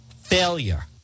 failure